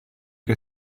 che